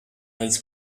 réalise